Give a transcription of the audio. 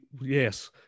Yes